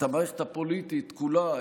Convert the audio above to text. את המערכת הפוליטית כולה,